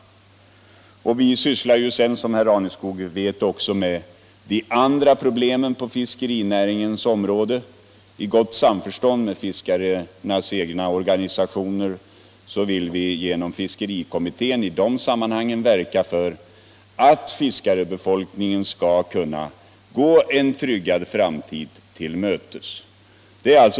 Som herr Raneskog vet sysslar vi också med de andra problem som finns på fiskerinäringens område. I gott samförstånd med fiskarnas egna organisationer vill vi inom fiskerikommittén verka för att fiskarbefolkningen skall kunna gå en tryggad framtid till mötes.